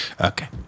Okay